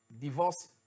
Divorce